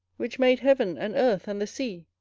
which made heaven, and earth, and the sea,